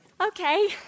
Okay